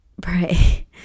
pray